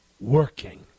working